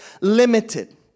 limited